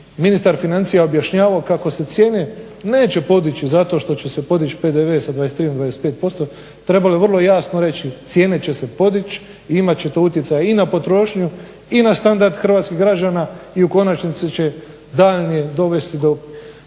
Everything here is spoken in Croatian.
ministar financija objašnjavao kako se cijene neće podići zato što će se podići PDV sa 23 na 25%. Trebalo je vrlo jasno reći, cijene će se podići i imat ćete utjecaja i na potrošnju i na standard hrvatskih građana i u konačnici će daljnje dovesti do pada